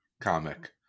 comic